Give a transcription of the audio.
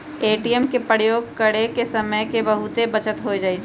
ATM के प्रयोग करे से समय के बहुते बचत हो जाइ छइ